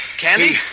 Candy